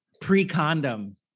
Pre-condom